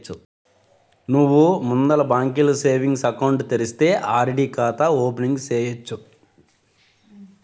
నువ్వు ముందల బాంకీల సేవింగ్స్ ఎకౌంటు తెరిస్తే ఆర్.డి కాతా ఓపెనింగ్ సేయచ్చు